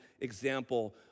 example